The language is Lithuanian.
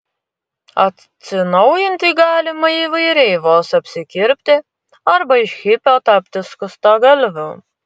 atsinaujinti galima įvairiai vos apsikirpti arba iš hipio tapti skustagalviu